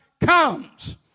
comes